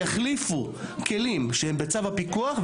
יחליפו כלים שהם בצו הפיקוח,